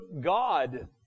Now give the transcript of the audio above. God